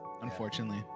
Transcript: unfortunately